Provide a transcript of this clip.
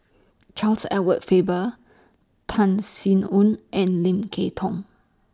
Charles Edward Faber Tan Sin Aun and Lim Kay Tong